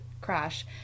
crash